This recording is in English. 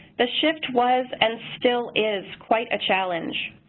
the shift was and still is quite a challenge.